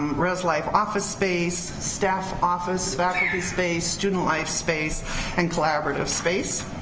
res life office space, staff office, faculty space, student life space and collaborative space.